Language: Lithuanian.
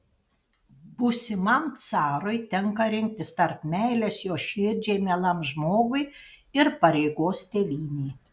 būsimam carui tenka rinktis tarp meilės jo širdžiai mielam žmogui ir pareigos tėvynei